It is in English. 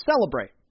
celebrate